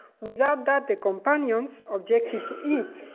without that, the companions objected to it.